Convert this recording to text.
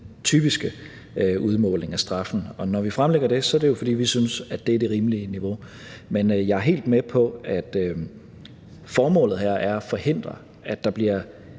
typiske udmåling af straffen, og når vi fremlægger det, er det jo, fordi vi synes, at det er det rimelige niveau. Men jeg er helt med på, at formålet her er at forhindre, at der bliver